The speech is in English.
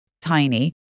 tiny